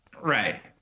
right